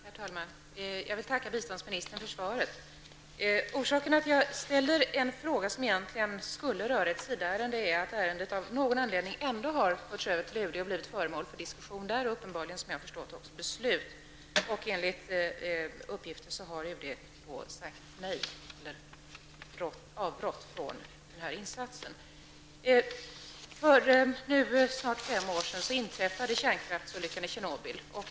Herr talman! Jag vill tacka biståndsministern för svaret på min fråga. Orsaken till att jag ställer en fråga som egentligen skulle röra ett SIDA-ärende är att ärendet av någon anledning har förts över till UD och blivit föremål för diskussion där och såvitt jag förstår uppenbarligen också beslut. Enligt uppgift har UD sagt nej och avrått från den här insatsen. För nu snart fem år sedan inträffade kärnkraftsolyckan i Tjernobyl.